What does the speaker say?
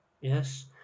yes